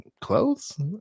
clothes